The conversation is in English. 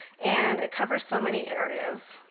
and it covers so many areas.